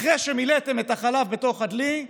אחרי שמילאתם את החלב בתוך הדלי,